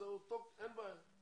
אז אין בעיה.